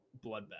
Bloodbath